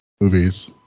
movies